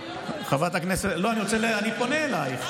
לא, אני פונה אלייך.